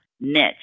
niche